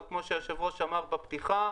אבל כמו שהיושב ראש אמר בפתיחה,